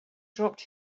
dropped